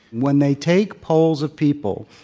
when they take polls of people,